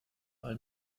all